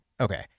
Okay